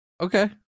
Okay